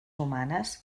humanes